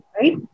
right